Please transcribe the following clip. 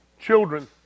children